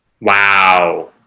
Wow